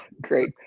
Great